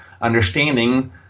understanding